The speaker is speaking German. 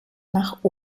nach